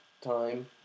time